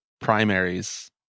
primaries